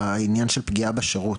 העניין של פגיעה בשירות,